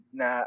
na